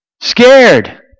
Scared